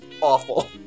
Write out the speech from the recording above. awful